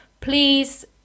please